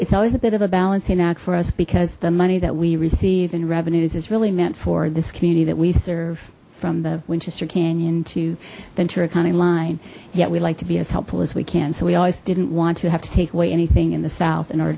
it's always a bit of a balancing act for us because the money that we receive in revenues is really meant for this community that we serve from the winchester canyon to ventura county line yet we'd like to be as helpful as we can so we always didn't want to have to take away anything in the south in order